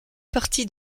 partie